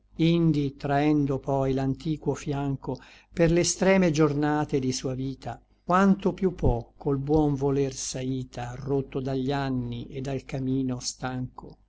indi trahendo poi l'antiquo fianco per l'extreme giornate di sua vita quanto piú pò col buon voler s'aita rotto dagli anni et dal cammino stanco